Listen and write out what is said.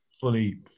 fully